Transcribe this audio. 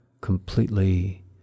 completely